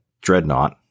Dreadnought